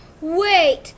Wait